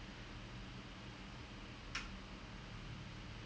and then she is right now you guys have to somehow make this work